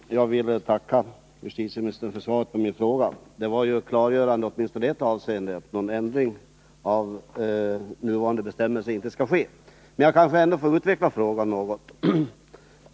Herr talman! Jag vill tacka justitieministern för svaret på min fråga. Det var klargörande åtminstone i ett avseende, nämligen att någon ändring av nuvarande bestämmelser inte skall ske. Men jag kanske kan få utveckla frågan något.